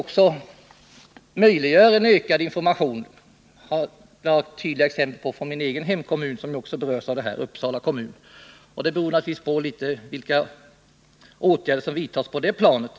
Det möjliggör en ökad information — det har jag fått tydliga bevis för från min egen kommun, Uppsala kommun, som givitvis också berörs av detta, men informationen är också beroende av vilka åtgärder som vidtas på det planet.